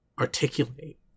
articulate